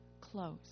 close